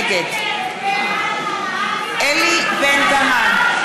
נגד אלי בן-דהן,